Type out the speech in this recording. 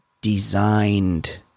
designed